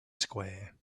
square